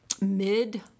mid